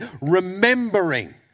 remembering